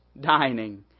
dining